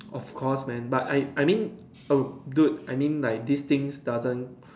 of course man but I I mean um dude I mean like these things doesn't